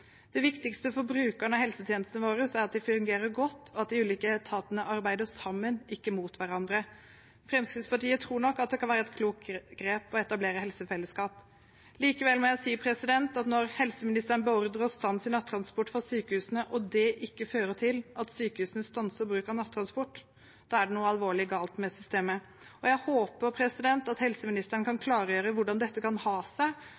Det viktigste for brukerne av helsetjenestene våre er at de fungerer godt, og at de ulike etatene arbeider sammen, ikke mot hverandre. Fremskrittspartiet tror nok at det kan være et klokt grep å etablere helsefellesskap. Likevel må jeg si at når helseministeren beordrer stans i nattransport for sykehusene, og det ikke fører til at sykehusene stanser bruk av nattransport, er det noe alvorlig galt med systemet. Jeg håper at helseministeren kan klargjøre hvordan dette kan ha seg,